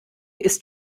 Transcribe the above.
ist